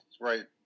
right